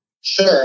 Sure